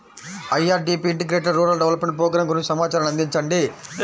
IRDP integrated rural development programme గురించి సమాచారాన్ని అందించండి?